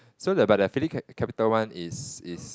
so the but the Philip capital one is is